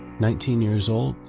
nineteen years old,